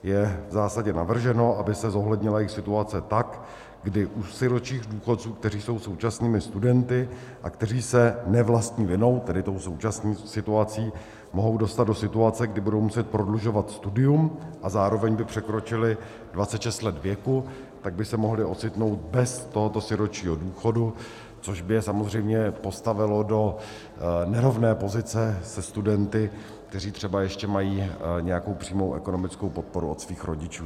Je v zásadě navrženo, aby se zohlednila jejich situace tak, kdy u sirotčích důchodců, kteří jsou současnými studenty a kteří se ne vlastní vinou, tedy tou současnou situací, mohou dostat do situace, kdy budou muset prodlužovat studium, a zároveň by překročili 26 let věku, tak by se mohli ocitnout bez tohoto sirotčího důchodu, což by je samozřejmě postavilo do nerovné pozice se studenty, kteří třeba ještě mají nějakou přímou ekonomickou podporu od svých rodičů.